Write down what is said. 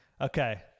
Okay